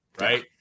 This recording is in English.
right